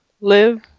live